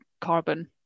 carbon